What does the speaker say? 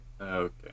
okay